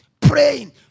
praying